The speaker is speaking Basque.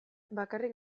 bakarrik